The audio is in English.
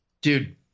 dude